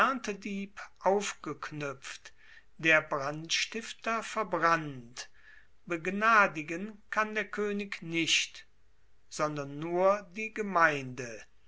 aufgeknuepft der brandstifter verbrannt begnadigen kann der koenig nicht sondern nur die gemeinde